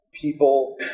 people